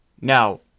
Now